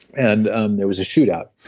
and um there was a shootout.